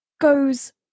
goes